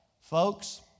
Folks